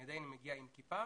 אני עדיין מגיע עם כיפה,